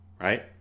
Right